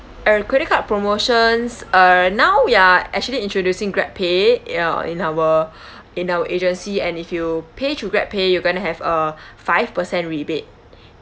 uh credit card promotions uh now we are actually introducing grabpay ya in our in our agency and if you pay through grabpay you're going to have a five percent rebate